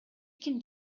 ким